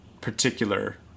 particular